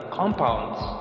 compounds